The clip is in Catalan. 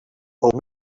pel